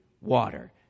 water